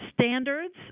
standards